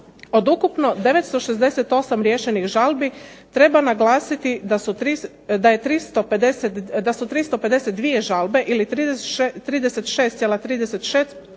Od ukupno 968 riješenih žalbi treba naglasiti da su 352 žalbe ili 36,36%